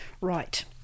Right